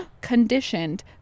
conditioned